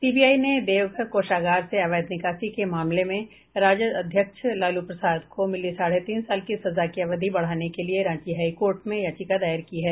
CBI ने देवघर कोषागार से अवैध निकासी के मामले में राजद अध्यक्ष लालू प्रसाद को मिली साढ़े तीन साल की सजा की अवधि बढ़ाने के लिए रांची हाईकोर्ट में याचिका दायर की है